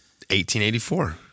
1884